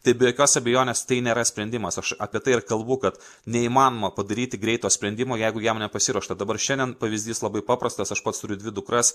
tai be jokios abejonės tai nėra sprendimas aš apie tai ir kalbu kad neįmanoma padaryti greito sprendimo jeigu jam nepasiruošta dabar šiandien pavyzdys labai paprastas aš pats turiu dvi dukras